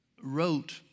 wrote